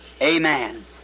Amen